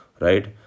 right